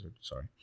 sorry